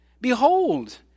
Behold